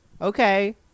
okay